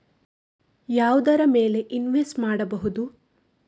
ಯಾವುದರ ಮೇಲೆ ಇನ್ವೆಸ್ಟ್ ಮಾಡಬಹುದು?